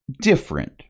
different